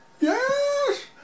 YES